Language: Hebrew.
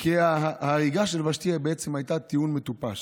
כי ההריגה של ושתי בעצם הייתה טיעון מטופש.